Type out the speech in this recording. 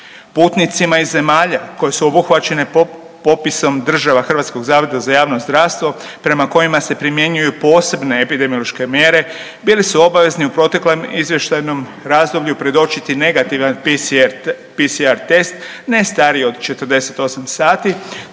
Putnicima iz zemalja koje su obuhvaćene popisom država HZJZ-a prema kojima se primjenjuju posebne epidemiološke mjere bili su obavezni u proteklom izvještajnom razdoblju predočiti negativan PCR test ne stariji od 48 sati